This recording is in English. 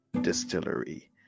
distillery